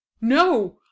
No